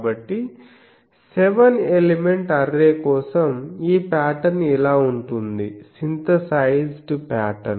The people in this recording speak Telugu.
కాబట్టి సెవెన్ ఎలిమెంట్ అర్రే కోసం మీ ఈ పాటర్న్ ఇలా ఉంటుంది సింథసైజ్డ్ పాటర్న్